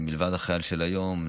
מלבד החייל של היום,